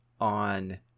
on